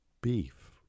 beef